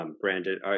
Branded